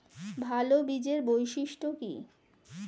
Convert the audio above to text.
ভাল বীজের বৈশিষ্ট্য কী?